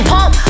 Pump